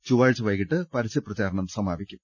ചൊവ്വാഴ്ച വൈകിട്ട് പരസ്യ പ്രചാരണം സമാപിക്കും